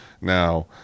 Now